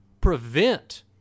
prevent